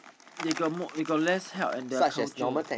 they got more we got less hell in their culture